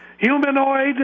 Humanoid